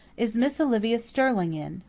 is miss olivia sterling in?